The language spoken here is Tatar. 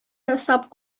ясап